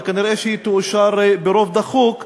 וכנראה היא תאושר ברוב דחוק,